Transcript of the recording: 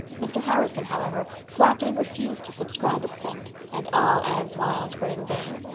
mr. harrison, however, flatly refused to subscribe a cent, and all anne's wiles were in vain.